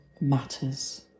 matters